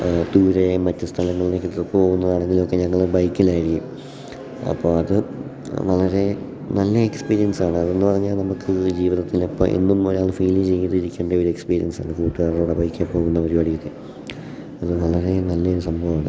ദൂരെ മറ്റു സ്ഥലങ്ങളിലേക്കൊക്കെ പോകുന്നതാണെങ്കിലൊക്കെ ഞങ്ങൾ ബൈക്കിലായിരിക്കും അപ്പോൾ അത് വളരെ നല്ല എക്സ്പീരിയൻസാണ് അതെന്നു പറഞ്ഞാൽ നമുക്ക് ജീവിതത്തിൽ ഇപ്പോൾ എന്നും ഒരാൾ ഫീൽ ചെയ്തിരിക്കേണ്ട ഒരു എക്സ്പീരിയൻസാണ് കൂട്ടുകാരുടെകൂടെ ബൈക്കിൽപോകുന്ന പരിപാടിയൊക്കെ അത് വളരെ നല്ലൊരു സംഭവമാണ്